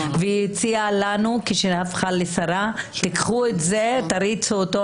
והיא הציעה לנו כשהיא הפכה לשרה לקחת את זה ולהריץ את זה,